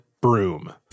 broom